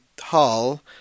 hall